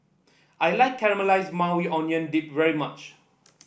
I like Caramelized Maui Onion Dip very much